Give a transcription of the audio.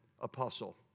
apostle